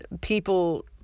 people